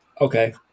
okay